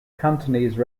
cantonese